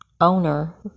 owner